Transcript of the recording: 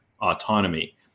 autonomy